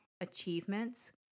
achievements